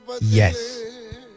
yes